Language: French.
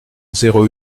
zéro